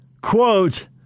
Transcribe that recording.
quote